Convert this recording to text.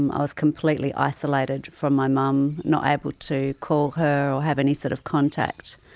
um i was completely isolated from my mum, not able to call her or have any sort of contact.